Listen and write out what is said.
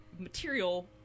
material